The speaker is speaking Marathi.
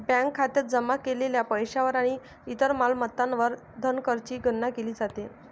बँक खात्यात जमा केलेल्या पैशावर आणि इतर मालमत्तांवर धनकरची गणना केली जाते